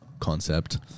concept